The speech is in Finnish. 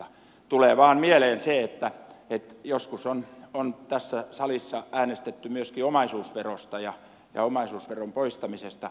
tulee vain mieleen se että joskus on tässä salissa äänestetty myöskin omaisuusverosta ja omaisuusveron poistamisesta